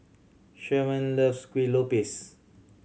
Sherman loves Kueh Lopes